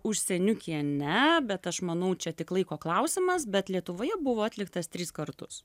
užseniukyje ne bet aš manau čia tik laiko klausimas bet lietuvoje buvo atliktas tris kartus